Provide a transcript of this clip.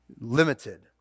limited